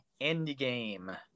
Endgame